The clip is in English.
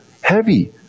heavy